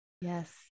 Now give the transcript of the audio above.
Yes